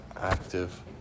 active